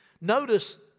Notice